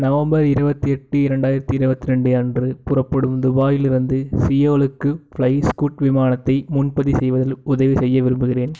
November இருபத்தி எட்டு இரண்டாயிரத்தி இருபத்தி ரெண்டு அன்று புறப்படும் துபாயிலிருந்து சியோலுக்கு ஃப்ளை ஸ்கூட் விமானத்தை முன்பதிவு செய்வதில் உதவி செய்ய விரும்புகிறேன்